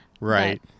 Right